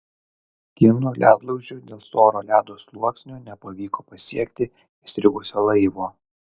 kinų ledlaužiui dėl storo ledo sluoksnio nepavyko pasiekti įstrigusio laivo